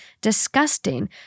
disgusting